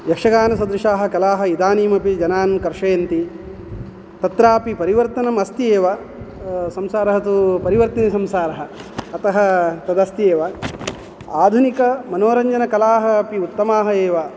यक्षगानसदृशाः कलाः इदानीमपि जनान् कर्षयन्ति तत्रापि परिवर्तनम् अस्ति एव संसारः तु परिवर्तिनि संसारः अतः तदस्ति एव आधुनिकमनोरञ्जनकलाः अपि उत्तमाः एव